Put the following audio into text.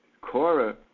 Cora